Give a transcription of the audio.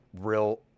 real